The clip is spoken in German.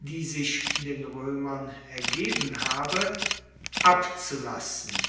die sich den roemern ergeben habe abzulassen